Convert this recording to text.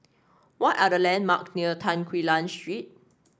what are the landmarks near Tan Quee Lan Street